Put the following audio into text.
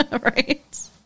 Right